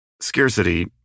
Scarcity